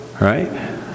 Right